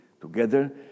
together